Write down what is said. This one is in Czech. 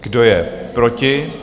Kdo je proti?